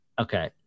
Okay